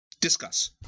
Discuss